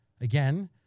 again